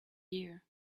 year